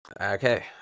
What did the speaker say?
Okay